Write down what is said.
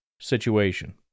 situation